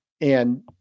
And-